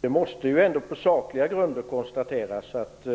Det måste ändock på sakliga grunder konstateras att